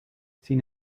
sin